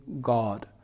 God